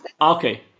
Okay